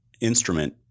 instrument